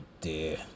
dear